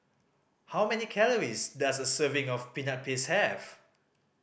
how many calories does a serving of Peanut Paste have